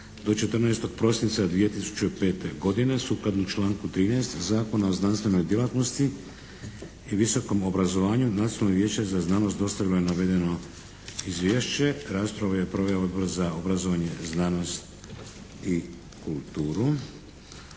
– 14. prosinca 2005. Sukladno članku 13. Zakona o znanstvenoj djelatnosti i visokom obrazovanju Nacionalno vijeće za znanost dostavilo je navedeno izvješće. Raspravu je proveo Odbor za obrazovanje, znanost i kulturu.